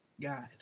God